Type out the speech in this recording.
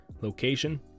location